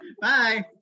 Bye